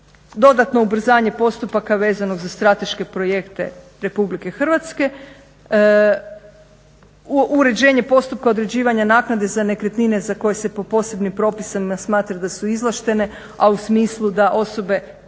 dodatno ubrzanje postupaka vezanog za strateške projekte RH, uređenje postupka određivanja naknade za nekretnine za koje se po posebnim propisima smatra da su izvlaštene a u smislu da osobe